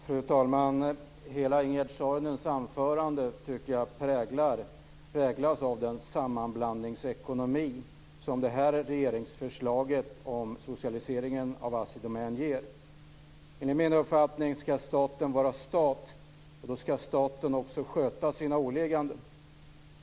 Fru talman! Jag tycker att hela Ingegerd Saarinens anförande präglas av den sammanblandningsekonomi som det här regeringsförslaget om socialiseringen av Assi Domän ger. Enligt min uppfattning ska staten vara stat. Då ska staten också sköta sina åligganden.